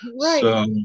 right